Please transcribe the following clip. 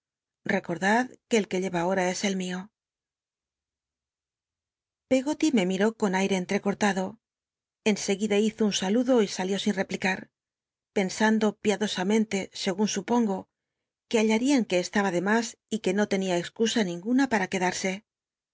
rd ul el que lleva ahora es el mio l'cggoly me mirú con ai r'l r rllr'l'l'fh'taclo en guida hizo un saludo y salió in l'l'plicar pcn anclol piaclosamcnlc segun supongo que hallaría que estaba tic mas y que no tenia cxtns r ninguna para quedarsc